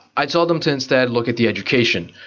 i tell them to instead look at the education.